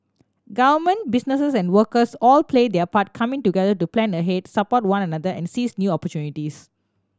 government businesses and workers all play their part coming together to plan ahead support one another and seize new opportunities